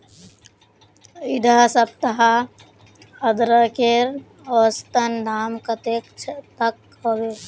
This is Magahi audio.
इडा सप्ताह अदरकेर औसतन दाम कतेक तक होबे?